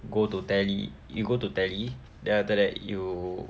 go to tele you go to tele then after that you